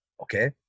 okay